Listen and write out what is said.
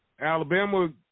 Alabama